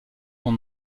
son